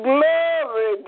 Glory